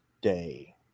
day